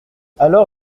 alors